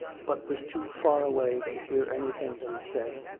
but was too far away to hear anything that he said,